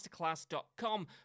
masterclass.com